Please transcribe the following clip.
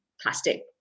plastic